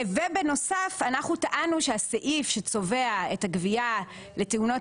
ובנוסף אנחנו טענו שהסעיף שצובע את הגבייה לתאונות